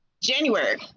January